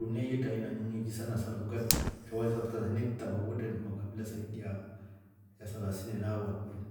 Duniaya hii yetre aina nyii nyingi sana sa lugha sha wahesabu tanzania hii taba kwetre makabila saidi ya selasini naa au arobaini.